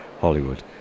Hollywood